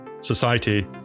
society